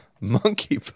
monkey